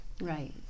Right